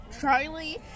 Charlie